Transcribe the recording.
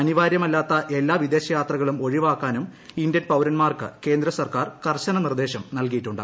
അനിവാര്യമല്ലാത്ത എല്ലാ വിദേശയാത്രകളും ഒഴിവാക്കാനും ഇന്ത്യൻ പൌരൻമാർക്ക് കേന്ദ്ര സർക്കാർ കർശന നിർദ്ദേശം നൽകിയിട്ടുണ്ട്